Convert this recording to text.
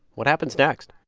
what happens next?